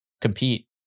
compete